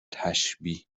تشبیه